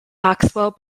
maxwell